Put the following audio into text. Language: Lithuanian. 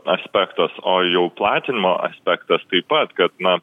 aspektas o jau platinimo aspektas taip pat kad na